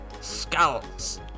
skulls